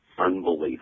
Unbelievable